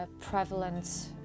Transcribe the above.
prevalent